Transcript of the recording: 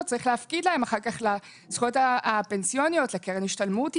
צריך להפקיד להם אחר כך לזכויות הפנסיוניות ולקרן השתלמות,